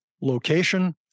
location